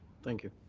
thank you.